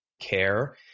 care